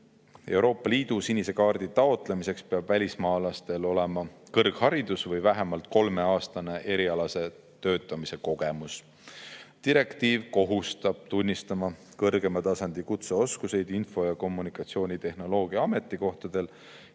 Euroopa Liidu sinise kaardi taotlemiseks peab välismaalasel olema kõrgharidus või vähemalt kolmeaastane erialase töötamise kogemus. Direktiiv kohustab tunnistama kõrgema tasandi kutseoskusi info‑ ja kommunikatsioonitehnoloogia ametikohtadel